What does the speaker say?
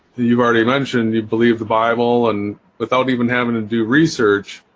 you've already mentioned you believe the bible and without even having to do research